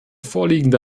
vorliegende